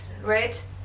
right